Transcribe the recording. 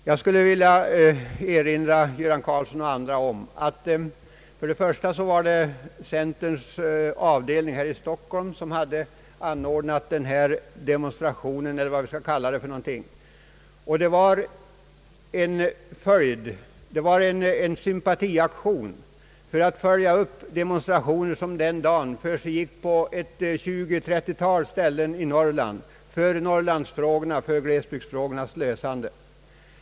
Jag skulle vilja erinra herr Göran Karlsson och andra om att det var centerns ungdomsförbunds avdelning här i Stockholm som hade anordnat denna demonstration, eller vad vi skall kalla den för. Den var en sympatiaktion för att följa upp de demonstrationer som den dagen försiggick på ett 20 å 30-tal ställen i Norrland för Norrlandsproblemens och glesbygdsproblemens lösande.